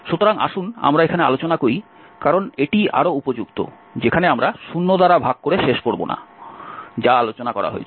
সুতরাং আসুন আমরা এখানে আলোচনা করি কারণ এটিই আরও উপযুক্ত যেখানে আমরা 0 দ্বারা ভাগ করে শেষ করব না যা আলোচনা করা হয়েছিল